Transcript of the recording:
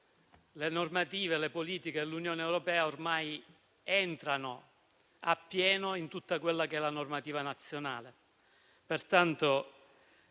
le normative e le politiche dell'Unione europea ormai entrano appieno in tutta la normativa nazionale.